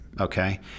okay